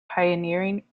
pioneering